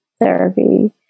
therapy